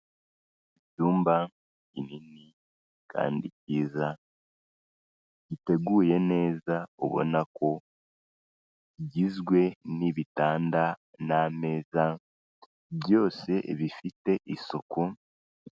Icyumba kinini kandi kiza, giteguye neza ubona ko kigizwe n'ibitanda n'ameza, byose bifite isuku.